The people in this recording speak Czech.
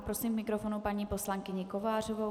Prosím k mikrofonu paní poslankyni Kovářovou.